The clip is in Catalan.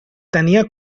tenia